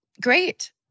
Great